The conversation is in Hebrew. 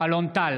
אלון טל,